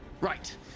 Right